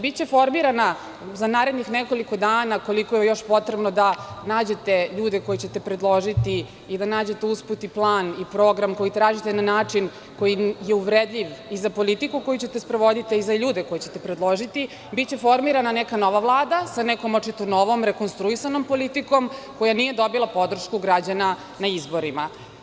Biće formirana za narednih nekoliko dana koliko je još potrebno da nađete ljude koje ćete predložiti i da nađete usput i plan i program koji tražite na način koji je uvredljiv i za politiku koju ćete sprovoditi, a i za ljude koje ćete predložiti, biće formirana neka nova Vlada sa nekom očito, novom rekonstruisanom politikom, koja nije dobila podršku građana na izborima.